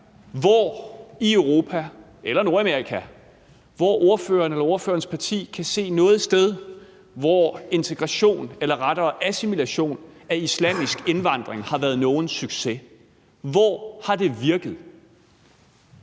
hvor i Europa eller Nordamerika ordførerens parti kan se noget sted, hvor integration eller rettere assimilation af islamisk indvandring har været en succes. Hvor har det virket?